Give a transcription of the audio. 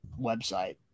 website